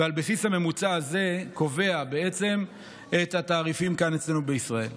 ועל בסיס הממוצע הזה קובע את התעריפים כאן אצלנו בישראל.